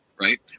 Right